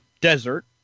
desert